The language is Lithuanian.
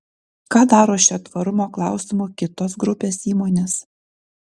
ką daro šiuo tvarumo klausimu kitos grupės įmonės